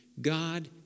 God